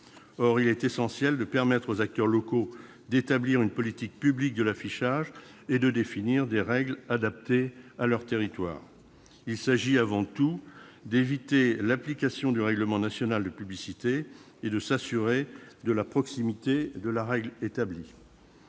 Or il est essentiel de permettre aux acteurs locaux d'établir une politique publique de l'affichage, et de définir des règles adaptées à leurs territoires. Il s'agit, avant tout, d'éviter l'application du règlement national de publicité et de s'assurer de la proximité de la règle établie.